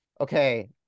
okay